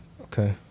Okay